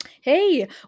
Hey